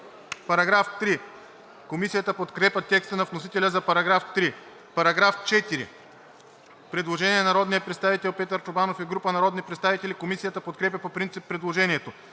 преместване“.“ Комисията подкрепя текста на вносителя за § 3. По § 4 има предложение на народния представител Петър Чобанов и група народни представители. Комисията подкрепя по принцип предложението.